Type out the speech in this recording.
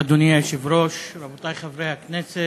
אדוני היושב-ראש, רבותי חברי הכנסת,